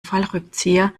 fallrückzieher